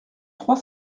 trois